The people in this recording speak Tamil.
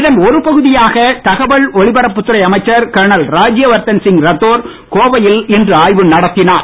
இதன் ஒரு பகுதியாக தகவல் ஒலிபரப்பு துறை அமைச்சர் கர்னல் ராஜ்யவர்தன் சிங் ரத்தோர் கோவையில் இன்று ஆய்வு நடத்தினார்